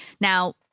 Now